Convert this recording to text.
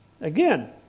Again